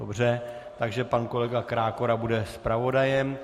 Dobře, takže pan kolega Krákora bude zpravodajem.